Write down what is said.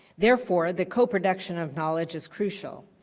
therefore the coproduction of knowledge is crucial.